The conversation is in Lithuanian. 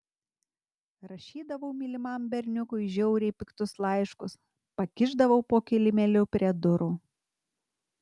rašydavau mylimam berniukui žiauriai piktus laiškus pakišdavau po kilimėliu prie durų